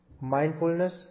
mindfulness